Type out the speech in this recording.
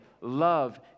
love